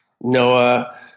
Noah